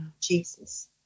Jesus